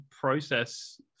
process